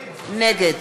נגד